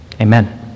Amen